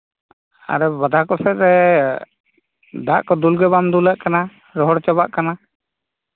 ᱟᱨᱚ ᱵᱟᱫᱷᱟ ᱠᱚᱥᱮᱫ ᱨᱮ ᱫᱟᱜ ᱠᱚ ᱫᱩᱞ ᱜᱮ ᱵᱟᱢ ᱫᱩᱞᱟᱜ ᱠᱟᱱᱟ ᱨᱚᱦᱚᱲ ᱪᱟᱵᱟᱜ ᱠᱟᱱᱟ